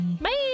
Bye